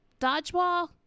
dodgeball